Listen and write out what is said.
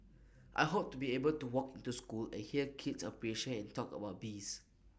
I hope to be able to walk into school and hear kids appreciate and talk about bees